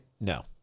No